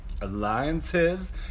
alliances